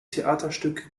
theaterstück